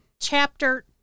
chapter